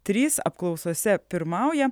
trys apklausose pirmauja